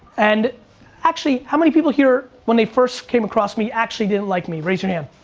and actually, how many people here, when they first came across me, actually didn't like me? raise your hand?